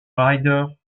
rider